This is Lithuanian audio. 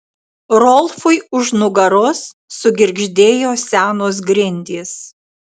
rolfui už nugaros sugirgždėjo senos grindys